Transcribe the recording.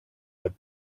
had